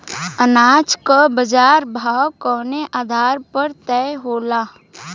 अनाज क बाजार भाव कवने आधार पर तय होला?